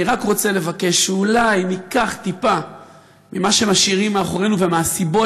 אני רק רוצה לבקש שאולי ניקח טיפה ממה שמשאירים מאחורינו ומהסיבות